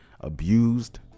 abused